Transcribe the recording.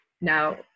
Now